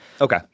Okay